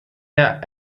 der